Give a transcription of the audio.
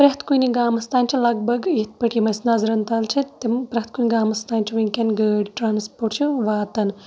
پرٛٮ۪تھ کُنہِ گامَس تانۍ چھِ لَگ بَگ یِتھ پٲٹھۍ یِم اَسہِ نَظرَن تَل چھِ تِم پرٛٮ۪تھ کُنہِ گامَس تانۍ چھِ وٕنکیٚن گٲڑۍ ٹرانسپوٹ چھُ واتان